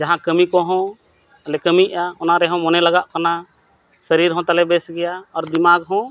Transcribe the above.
ᱡᱟᱦᱟᱸ ᱠᱟᱹᱢᱤ ᱠᱚᱦᱚᱸ ᱞᱮ ᱠᱟᱹᱢᱤᱭᱮᱜᱼᱟ ᱚᱱᱟ ᱨᱮᱦᱚᱸ ᱢᱚᱱᱮ ᱞᱟᱜᱟᱜ ᱠᱟᱱᱟ ᱥᱟᱨᱤᱨ ᱦᱚᱸ ᱛᱟᱞᱮ ᱵᱮᱥ ᱜᱮᱭᱟ ᱟᱨ ᱫᱤᱢᱟᱜᱽ ᱦᱚᱸ